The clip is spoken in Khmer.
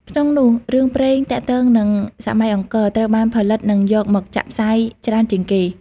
ក្នុងនោះ រឿងព្រេងទាក់ទងនឹងសម័យអង្គរ ត្រូវបានផលិតនិងយកមកចាក់ផ្សាយច្រើនជាងគេ។